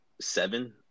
seven